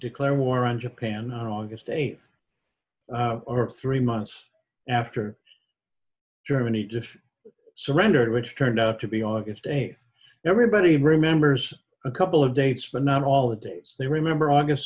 declare war on japan on august eighth or three months after germany just surrendered which turned out to be aug eighth everybody remembers a couple of dates but not all the dates they remember august